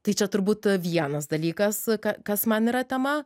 tai čia turbūt vienas dalykas ka kas man yra tema